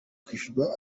kwishyurira